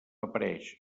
apareix